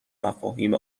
مفاهیم